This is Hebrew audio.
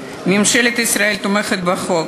שממשלת ישראל תומכת בחוק,